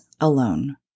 alone